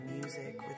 music